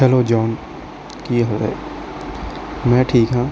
hello John ਕੀ ਹਾਲ ਹੈ ਮੈਂ ਠੀਕ ਹਾਂ